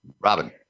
Robin